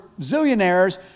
zillionaires